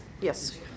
Yes